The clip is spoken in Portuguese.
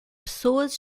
pessoas